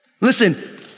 Listen